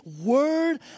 word